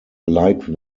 like